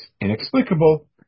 inexplicable